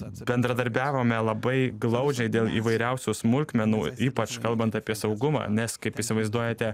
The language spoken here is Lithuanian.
bendradarbiavome labai glaudžiai dėl įvairiausių smulkmenų ypač kalbant apie saugumą nes kaip įsivaizduojate